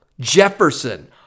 Jefferson